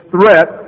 threat